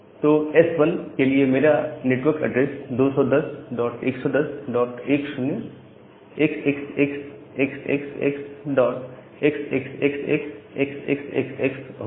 तो एस 1 के लिए मेरा नेटवर्क एड्रेस 20211010xxxxxxxxxxxxxx होगा